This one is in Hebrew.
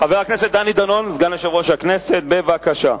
חבר הכנסת דני דנון, סגן יושב-ראש הכנסת, בבקשה.